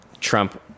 Trump